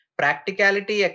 practicality